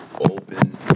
open